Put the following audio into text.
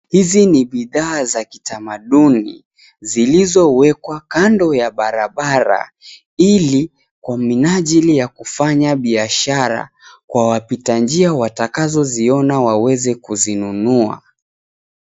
Hizi ni bidhaa za kitamaduni, zilizowekwa kando ya barabara, ili kwa minajili ya kufanya biashara, kwa wapita njia watakazo ziona waweze kuzinunua.